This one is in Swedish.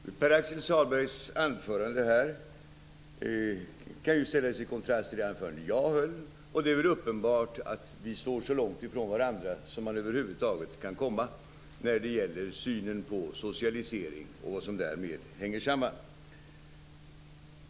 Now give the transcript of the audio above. Herr talman! Pär-Axel Sahlbergs anförande kan ställas i kontrast till det anförande jag höll. Det är uppenbart att vi står så långt ifrån varandra som man över huvud taget kan komma när det gäller synen på socialisering och vad som därmed hänger samman.